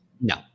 No